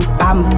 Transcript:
bam